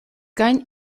gain